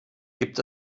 gibt